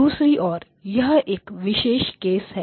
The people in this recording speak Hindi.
दूसरी ओर यह एक विशेष केस है